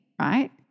right